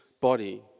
body